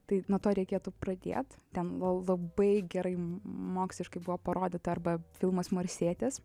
tai nuo to reikėtų pradėt ten la labai gerai moksliškai buvo parodyta arba filmas marsietis